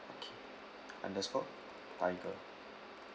okay underscore tiger